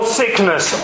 sickness